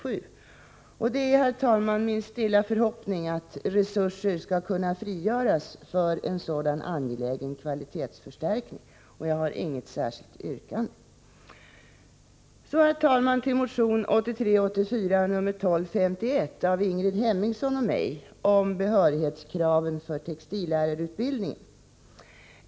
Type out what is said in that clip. Jag har, herr talman, ett stilla hopp om att resurser skall kunna frigöras för en sådan angelägen kvalitetsförstärkning. Jag har inget särskilt yrkande på den punkten. Så, herr talman, till motion 1983/84:1251 av Ingrid Hemmingsson och mig om behörighetskraven beträffande textillärarutbildningen.